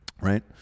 right